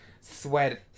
sweat